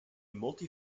multi